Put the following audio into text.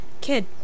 Kid